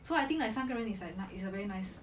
so I think like 三个人 is like it's a very nice